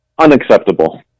unacceptable